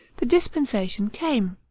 the dispensation came.